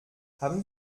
haben